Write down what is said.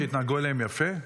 שהתנהגו אליהם יפה?